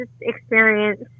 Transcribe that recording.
experience